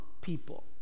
people